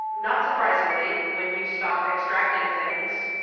not surprisingly, when you stop extracting things,